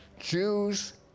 Jews